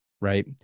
Right